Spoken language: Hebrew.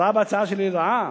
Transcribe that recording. ראה בהצעה שלי רעה?